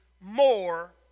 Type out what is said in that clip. more